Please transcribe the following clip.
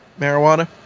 Marijuana